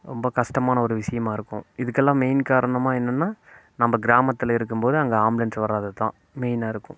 ரொம்ப கஷ்டமான ஒரு விஷியமாக இருக்கும் இதுக்கெல்லாம் மெயின் காரணமாக என்னனா நம்ம கிராமத்தில் இருக்கும் போது அங்கே ஆம்புலன்ஸ் வராதது தான் மெயினாக இருக்கும்